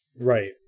right